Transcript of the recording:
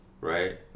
right